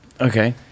Okay